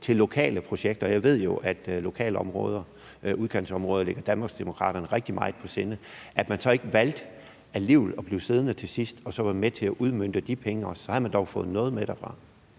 til lokale projekter – og jeg ved jo, at lokalområder og udkantsområder ligger Danmarksdemokraterne rigtig meget på sinde – at man så alligevel ikke valgte at blive siddende til sidst og så være med til at udmønte de penge. Så havde man dog fået noget med derfra.